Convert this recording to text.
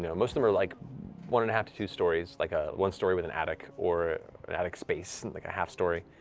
yeah most of them are like one and a half to two stories, like a one story with an attic or an attic space, and like a half-story.